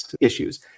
issues